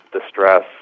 distress